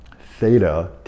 Theta